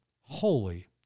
holy